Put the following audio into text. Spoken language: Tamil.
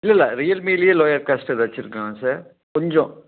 இல்லல்லை ரியல்மியிலயே லோயர் காஸ்ட் எதாச்சும் இருக்குங்களா சார் கொஞ்சம்